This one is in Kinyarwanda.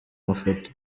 mafoto